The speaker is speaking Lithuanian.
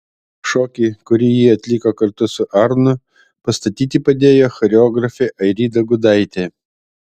šokį kurį jį atliko kartu su arnu pastatyti padėjo choreografė airida gudaitė